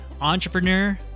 entrepreneur